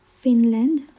Finland